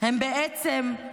הם בעצם,